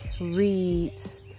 reads